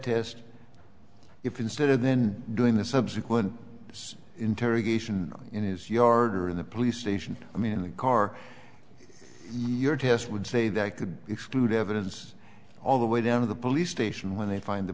test if instead of then doing the subsequent interrogation in his yard or in the police station i mean in the car your test would say that i could exclude evidence all the way down to the police station when they find the